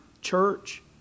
church